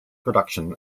production